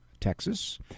Texas